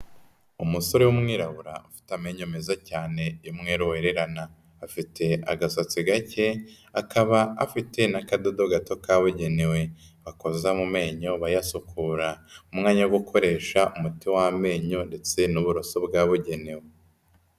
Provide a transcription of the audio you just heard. Umusore w'umwirabura ufite amenyo meza cyane y'umweru wererana, afite agasatsi gake akaba afite n'akadodo gato kabugenewe bakoza mu menyo bayasukura umwanya wo gukoresha umuti w'amenyo ndetse n'uburoso bwabugenewe.